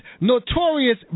notorious